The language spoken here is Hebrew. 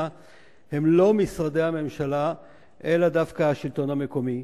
הוא לא משרדי הממשלה אלא דווקא השלטון המקומי,